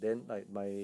mm